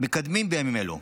מקדמים בימים אלו,